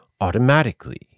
Automatically